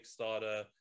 Kickstarter